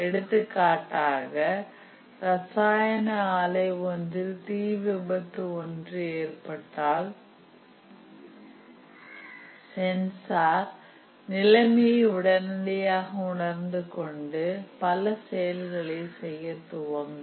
எடுத்துக்காட்டாக ரசாயன ஆலை ஒன்றில் தீ விபத்து ஒன்று ஏற்பட்டால் சென்சார் நிலைமையை உடனடியாக உணர்ந்துகொண்டு பல செயல்களை செய்ய துவங்கும்